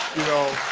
you know.